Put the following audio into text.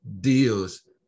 deals